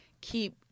keep